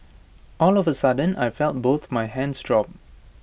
all of A sudden I felt both my hands drop